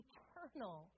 Eternal